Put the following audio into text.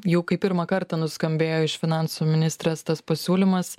jau kai pirmą kartą nuskambėjo iš finansų ministrės tas pasiūlymas